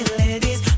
ladies